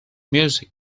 music